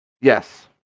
Yes